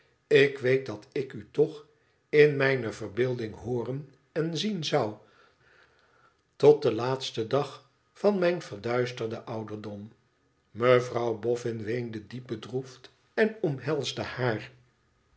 ik weet dat ik u toch in mijne verbeelding hooren en zien zou tot den laatsten dag van mijn verduisterden ouderdom mevrouw boffin weende diep bedroefd en omhelsde haar